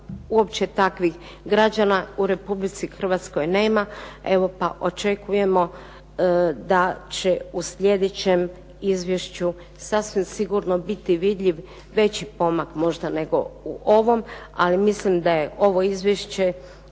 uopće takvih građana u Republici Hrvatskoj nema. Pa evo očekujemo da će u sljedećem izvješću sasvim sigurno biti vidljiv veći pomak možda nego u ovom. Ali mislim da je ovo izvješće